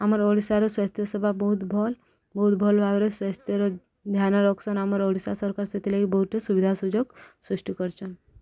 ଆମର ଓଡ଼ିଶାର ସ୍ୱାସ୍ଥ୍ୟ ସେବା ବହୁତ ଭଲ୍ ବହୁତ ଭଲ ଭାବରେ ସ୍ୱାସ୍ଥ୍ୟର ଧ୍ୟାନ ରଖସନ୍ ଆମର ଓଡ଼ିଶା ସରକାର ସେଥିଲାଗି ବହୁତଟେ ସୁବିଧା ସୁଯୋଗ ସୃଷ୍ଟି କରଛନ୍